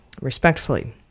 respectfully